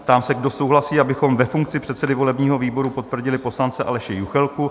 Ptám se, kdo souhlasí, abychom ve funkci předsedy volebního výboru potvrdili poslance Aleše Juchelku?